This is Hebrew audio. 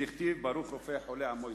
דכתיב: ברוך רופא חולי עמו ישראל.